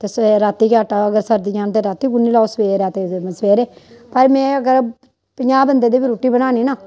ते स रातीं गै आटा ते सरदियां न ते रातीं गु'न्नी लैओ सबैह्रे राती सबैह्रे पर में अगर पंजाह् बंदे दी बी रुट्टी बनानी ना